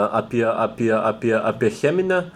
apie apie apie apie cheminę